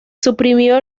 suprimió